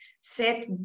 set